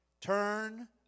turn